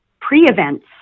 pre-events